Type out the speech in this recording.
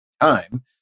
time